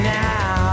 now